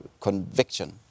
conviction